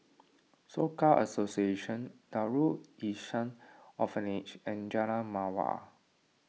Soka Association Darul Ihsan Orphanage and Jalan Mawar